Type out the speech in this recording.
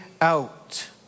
out